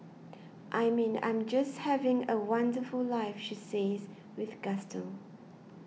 I mean I'm just having a wonderful life she says with gusto